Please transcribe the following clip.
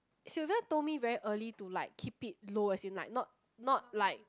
Sylvia told me very early to like keep it low as in like not not like